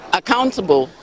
accountable